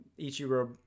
ichiro